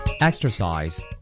Exercise